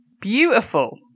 Beautiful